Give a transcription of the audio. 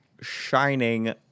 shining